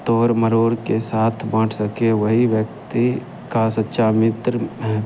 तोड़ मरोड़ के साथ बाँट सके वही व्यक्ति का सच्चा मित्र है